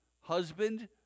husband